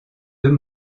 deux